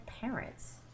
parents